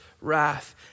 wrath